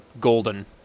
golden